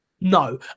no